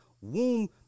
womb